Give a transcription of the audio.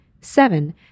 Seven